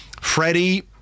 Freddie